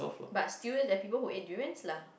but still they are people who eats durian lah